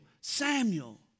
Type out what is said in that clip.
Samuel